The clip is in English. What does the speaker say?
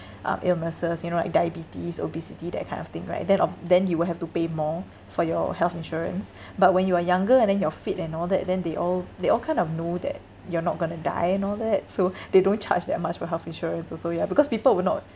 uh illnesses you know like diabetes obesity that kind of thing right then um then you will have to pay more for your health insurance but when you are younger and then you're fit and all that then they all they all kind of know that you're not going to die and all that so they don't charge that much for health insurance also ya because people will not